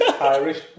Irish